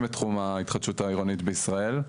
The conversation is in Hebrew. את תחום ההתחדשות העירונית בישראל.